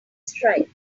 strike